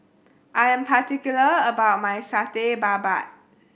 I am particular about my Satay Babat